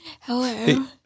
Hello